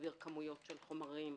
להעביר כמויות של חומרים,